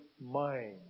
mind